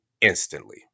instantly